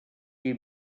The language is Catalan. qui